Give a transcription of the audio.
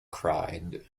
cried